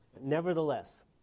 nevertheless